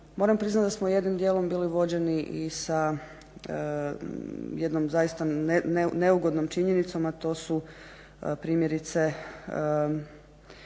moram priznat da smo jednim djelom bili vođeni i sa jednom zaista neugodnom činjenicom a to su primjerice